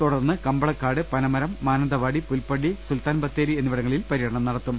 തുടർന്ന് കമ്പളക്കാട് പനമരം മാനന്തവാടി പുൽപ്പ ള്ളി സുൽത്താൻ ബത്തേരി എന്നിവിടങ്ങളിൽ പര്യടനം നടത്തും